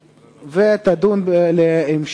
נתקבלה.